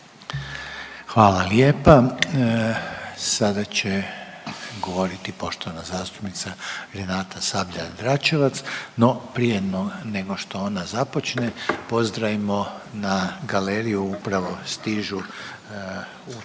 Hvala lijepa. Sada će govoriti poštovana zastupnica Renata Sabljar Dračevac, no prije nego što ona započne pozdravimo na galeriji upravo stižu učenice